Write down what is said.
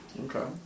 Okay